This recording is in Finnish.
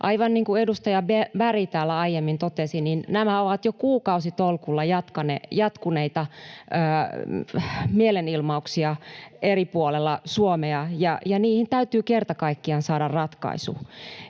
Aivan niin kuin edustaja Berg täällä aiemmin totesi, nämä ovat jo kuukausitolkulla jatkuneita mielenilmauksia eri puolilla Suomea, ja niihin täytyy kerta kaikkiaan saada ratkaisu.